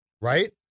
right